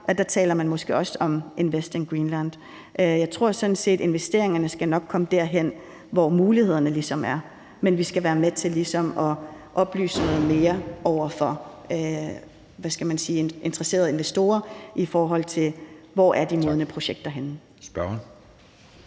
taler man måske også om Invest in Greenland? Jeg tror sådan set, investeringerne nok skal komme derhen, hvor mulighederne er. Men vi skal være med til at oplyse noget mere over for interesserede investorer, i forhold til hvor de modne projekter er henne.